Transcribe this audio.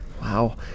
Wow